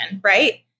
right